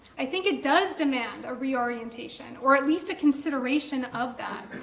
i think it does demand a reorientation, or at least a consideration of that.